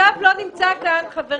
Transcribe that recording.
חבר